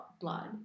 blood